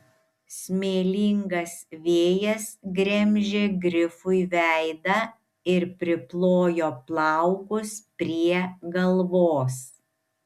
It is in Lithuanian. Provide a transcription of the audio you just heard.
smėlingas vėjas gremžė grifui veidą ir priplojo plaukus prie galvos